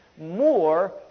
more